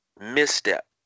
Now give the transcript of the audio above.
misstep